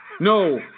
No